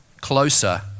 Closer